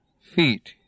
feet